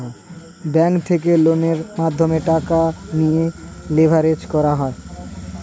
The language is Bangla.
ব্যাঙ্ক থেকে লোনের মাধ্যমে টাকা নিয়ে লেভারেজ করা যায়